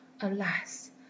Alas